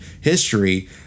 history